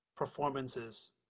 performances